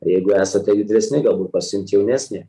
jeigu esate judresni galbūt pasiimt jaunesnį